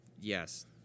Yes